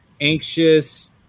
anxious